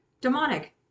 demonic